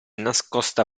nascosta